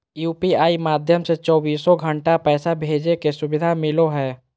UPI माध्यम से चौबीसो घण्टा पैसा भेजे के सुविधा मिलो हय